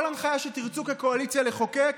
כל הנחיה שתרצו כקואליציה לחוקק,